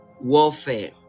warfare